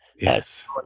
Yes